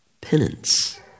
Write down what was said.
penance